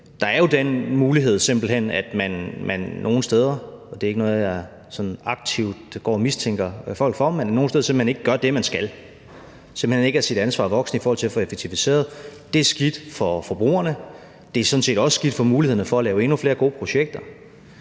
der er jo den mulighed, at man nogle steder – og det er ikke noget, som jeg sådan aktivt går og mistænker folk for – simpelt hen ikke gør det, man skal, altså ikke er sit ansvar voksen i forhold til at få effektiviseret. Det er skidt for forbrugerne, og det er sådan set også skidt for mulighederne for at lave endnu flere gode projekter.